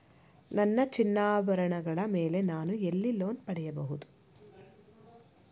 ನನ್ನ ಚಿನ್ನಾಭರಣಗಳ ಮೇಲೆ ನಾನು ಎಲ್ಲಿ ಲೋನ್ ಪಡೆಯಬಹುದು?